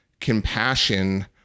compassion